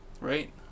Right